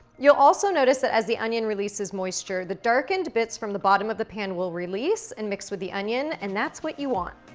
you'll also notice that, as the onion releases moisture, the darkened bits from the bottom of the pan will release and mixed with the onion, and that's what you want.